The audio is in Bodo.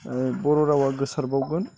बर' रावआ गोसारसारबावगोन